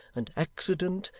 and accident,